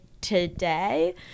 today